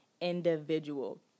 individual